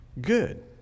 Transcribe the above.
good